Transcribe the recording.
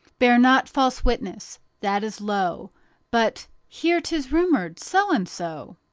bear not false witness that is low but hear tis rumored so and so.